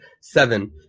seven